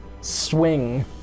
swing